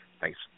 Thanks